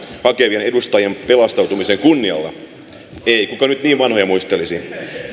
hakevien edustajien pelastautumisen kunnialla ei kuka nyt niin vanhoja muistelisi